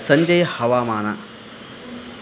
ಸಂಜೆಯ ಹವಾಮಾನ